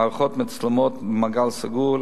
מערכות מצלמות במעגל סגור,